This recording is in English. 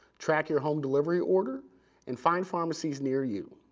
track your home delivery order and find pharmacies near you,